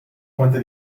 fuente